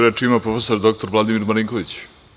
Reč ima prof. dr Vladimir Marinković.